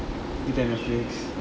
ah netflix